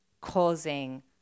causing